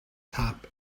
top